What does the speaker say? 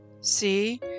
See